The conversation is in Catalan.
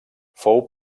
fou